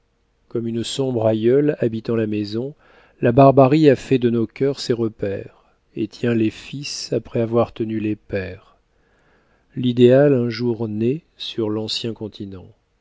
comme une sombre aïeule habitant la maison la barbarie a fait de nos cœurs ses repaires et tient les fils après avoir tenu les pères l'idéal un jour naît sur l'ancien continent